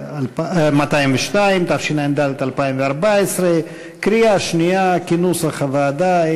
202), התשע"ד 2014, קריאה שנייה כנוסח הוועדה.